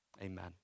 amen